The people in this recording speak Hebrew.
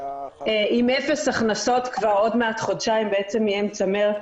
עם אפס הכנסות כבר עוד מעט חודשיים מאמצע מרץ.